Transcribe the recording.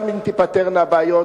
גם אם תיפתרנה הבעיות,